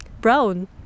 brown